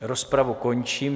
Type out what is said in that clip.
Rozpravu končím.